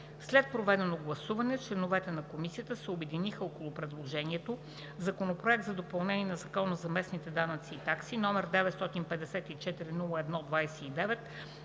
След проведеното гласуване членовете на Комисията се обединиха около предложението Законопроект за допълнение на Закона за местните данъци и такси, № 954-01-29,